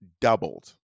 doubled